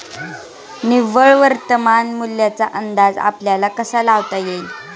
निव्वळ वर्तमान मूल्याचा अंदाज आपल्याला कसा लावता येईल?